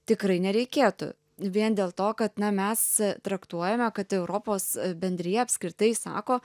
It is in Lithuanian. tikrai nereikėtų vien dėl to kad na mes traktuojame kad europos bendrija apskritai sako